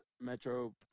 Metro